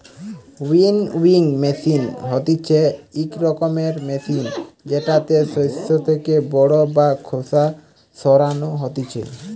winnowing machine হতিছে ইক রকমের মেশিন জেতাতে শস্য থেকে খড় বা খোসা সরানো হতিছে